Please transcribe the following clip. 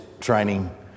training